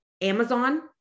Amazon